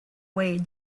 way